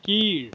கீழ்